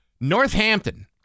Northampton